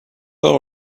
all